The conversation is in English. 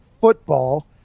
football